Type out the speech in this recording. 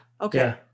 Okay